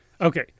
Okay